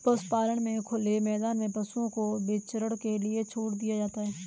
पशुपालन में खुले मैदान में पशुओं को विचरण के लिए छोड़ दिया जाता है